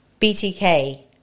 BTK